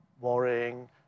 worrying